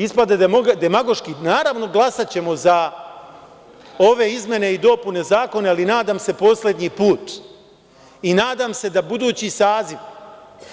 Ispada demagoški, naravno glasaćemo za ove izmene i dopune zakona, ali nadam se poslednji put, i nadam se da budući saziv